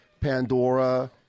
Pandora